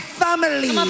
family